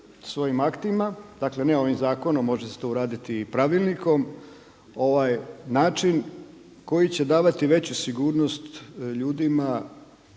svojim aktima, dakle ne ovim zakonom, može se to uraditi i pravilnikom ovaj način koji će davati veću sigurnost ljudima,